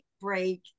break